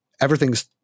everything's